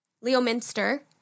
Leominster